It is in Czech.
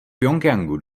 pchjongjangu